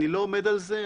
אני לא עומד על זה,